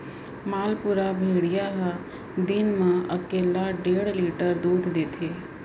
मालपुरा भेड़िया ह दिन म एकले डेढ़ लीटर दूद देथे